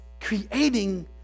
creating